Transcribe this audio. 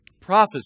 prophecy